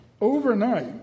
overnight